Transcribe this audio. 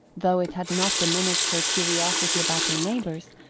though it had not diminished her curiosity about her neighbours,